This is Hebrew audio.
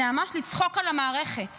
זה ממש לצחוק על המערכת